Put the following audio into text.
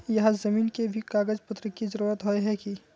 यहात जमीन के भी कागज पत्र की जरूरत होय है की?